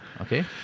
Okay